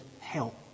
help